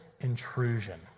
intrusion